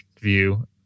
view